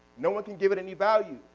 no one can give it any value.